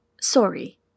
Sorry